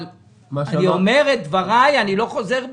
אני אומר את דבריי ולא חוזר בי.